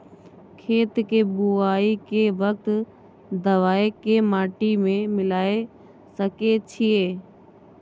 खेत के बुआई के वक्त दबाय के माटी में मिलाय सके छिये?